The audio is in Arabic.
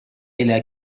إلى